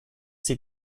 sie